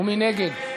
מי נגד?